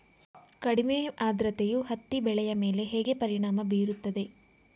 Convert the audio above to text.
ಕಡಿಮೆ ಆದ್ರತೆಯು ಹತ್ತಿ ಬೆಳೆಯ ಮೇಲೆ ಹೇಗೆ ಪರಿಣಾಮ ಬೀರುತ್ತದೆ?